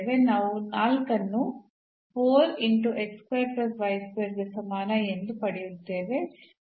ನಾವು 4 ಅನ್ನು ಗೆ ಸಮಾನ ಎಂದು ಪಡೆಯುತ್ತೇವೆ